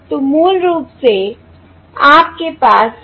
तो मूल रूप से आपके पास है